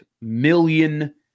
million